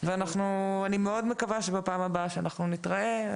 אני מאוד מקווה שבפעם הבאה שנתראה,